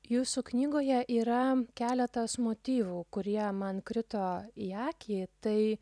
jūsų knygoje yra keletas motyvų kurie man krito į akį tai